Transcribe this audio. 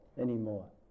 anymore